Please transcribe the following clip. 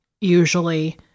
usually